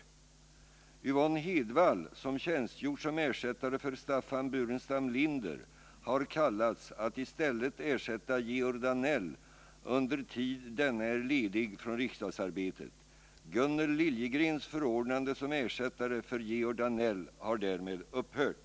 Yvonne Hedvall, som tjänstgjort som ersättare för Staffan Burenstam Linder, har kallats att i stället ersätta Georg Danell under tid denne är ledig från rikdagsarbetet. Gunnel Liljegrens förordnande som ersättare för Georg Danell har därmed upphört.